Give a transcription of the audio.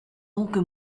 donc